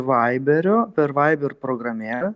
vaiberiu per viber programėlę